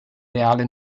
reale